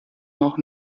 noch